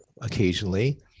occasionally